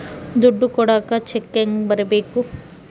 ದುಡ್ಡು ಕೊಡಾಕ ಚೆಕ್ ಹೆಂಗ ಬರೇಬೇಕು?